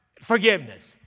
forgiveness